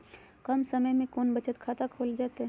कम समय में कौन बचत खाता खोले जयते?